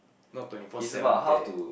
not twenty four seven there